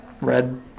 red